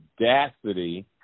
audacity